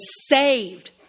saved